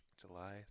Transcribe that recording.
July